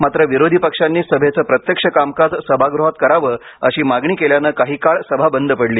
मात्र विरोधी पक्षांनी सभेचे प्रत्यक्ष कामकाज सभागृहात करावं अशी मागणी केल्यानं सभा बंद पडली